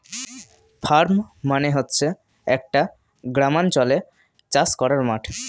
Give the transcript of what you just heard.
farm মানে হচ্ছে একটা গ্রামাঞ্চলে চাষ করার মাঠ